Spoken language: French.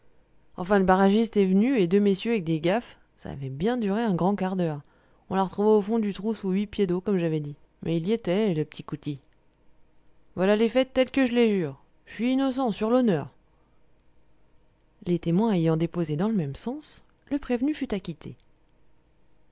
enfin le barragiste est venu et deux messieurs avec des gaffes ça avait bien duré un grand quart d'heure on l'a retrouvé au fond du trou sous huit pieds d'eau comme j'avais dit mais il y était le petit coutil voilà les faits tels que je les jure je suis innocent sur l'honneur les témoins ayant déposé dans le même sens le prévenu fut acquitté